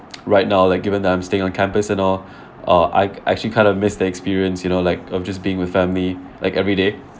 right now like given that I'm staying on campus and all uh I act~ actually kind of miss the experience you know like of just being with family like everyday